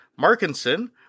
Markinson